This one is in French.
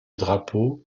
drapeau